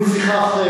אני אתן לו 12 שעות.